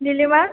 Nilima